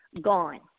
gone